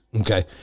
Okay